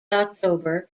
october